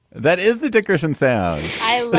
that is the dickerson so